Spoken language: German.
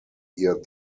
ihr